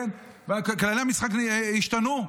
כללי המשחק השתנו.